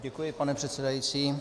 Děkuji, pane předsedající.